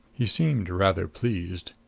he seemed rather pleased.